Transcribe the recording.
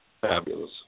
Fabulous